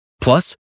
Plus